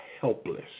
helpless